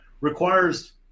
requires